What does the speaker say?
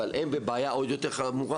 אבל הם בבעיה עוד יותר חמורה,